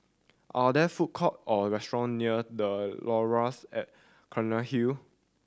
are there food court or restaurant near The Laurels at Cairnhill